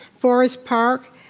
forest park,